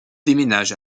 déménage